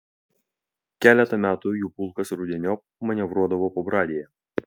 keletą metų jų pulkas rudeniop manevruodavo pabradėje